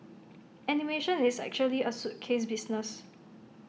animation is actually A suitcase business